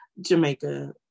jamaica